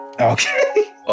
Okay